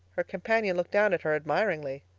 her companion looked down at her admiringly.